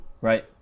Right